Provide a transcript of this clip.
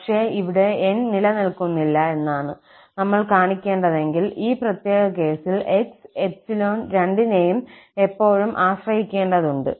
പക്ഷേ ഇവിടെ 𝑁 നിലനിൽക്കുന്നില്ല എന്നാണ് നമ്മൾ കാണിക്കേണ്ടതെങ്കിൽ ഈ പ്രത്യേക കേസിൽ 𝑥 𝜖 രണ്ടിനെയും എപ്പോഴും ആശ്രയിക്കേണ്ടതുണ്ട്